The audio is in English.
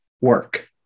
work